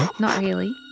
not really.